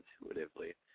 intuitively